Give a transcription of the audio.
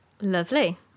Lovely